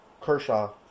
Kershaw